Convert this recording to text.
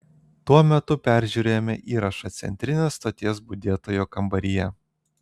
tuo metu peržiūrėjome įrašą centrinės stoties budėtojo kambaryje